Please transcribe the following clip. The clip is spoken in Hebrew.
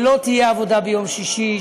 שלא תהיה עבודה ביום שישי,